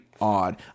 odd